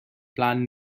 plan